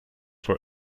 for